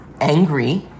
angry